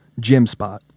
Gymspot